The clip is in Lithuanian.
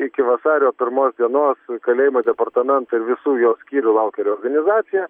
iki vasario pirmos dienos kalėjimo departamento ir visų jo skyrių laukia reorganizacija